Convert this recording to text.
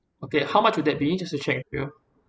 okay how much would that be just to check with you